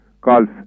Golf